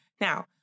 Now